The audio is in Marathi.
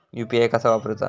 यू.पी.आय कसा वापरूचा?